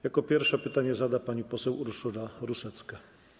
Jako pierwsza pytanie zada pani poseł Urszula Rusecka.